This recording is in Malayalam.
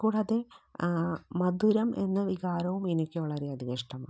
കൂടാതെ മധുരം എന്ന വികാരോം എനിക്ക് വളരെ അധികം ഇഷ്ടമാണ്